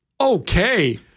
Okay